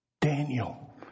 Daniel